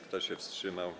Kto się wstrzymał?